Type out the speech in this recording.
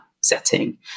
setting